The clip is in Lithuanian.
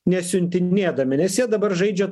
nesiuntinėdami nes jie dabar žaidžia